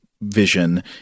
vision